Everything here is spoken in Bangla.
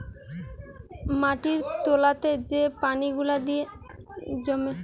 মাটির তোলাতে যে পানি গুলা গিয়ে জমে জাতিছে